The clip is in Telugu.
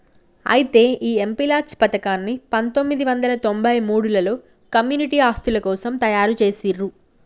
అయితే ఈ ఎంపీ లాట్స్ పథకాన్ని పందొమ్మిది వందల తొంభై మూడులలో కమ్యూనిటీ ఆస్తుల కోసం తయారు జేసిర్రు